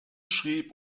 schrieb